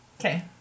Okay